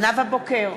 נאוה בוקר,